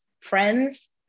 friends